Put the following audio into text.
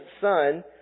son